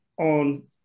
on